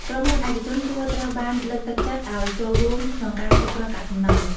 ក្រុមហ៊ុនឯកជនគួរត្រូវបានលើកទឹកចិត្តឲ្យចូលរួមក្នុងការគ្រប់គ្រងកាកសំណល់។